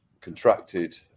contracted